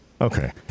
Okay